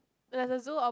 there's a zoo opp~